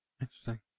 Interesting